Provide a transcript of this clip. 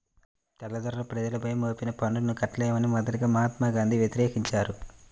తెల్లదొరలు ప్రజలపై మోపిన పన్నుల్ని కట్టలేమని మొదటగా మహాత్మా గాంధీ వ్యతిరేకించారు